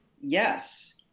yes